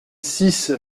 six